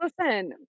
listen